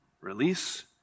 Release